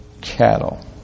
cattle